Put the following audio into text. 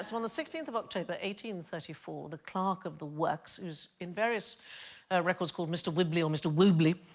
that's one the sixteenth of october one thirty four the clerk of the works who's in various records called mr. whibley or mr. wu bleah.